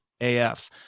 AF